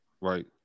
Right